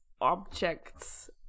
objects